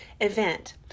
event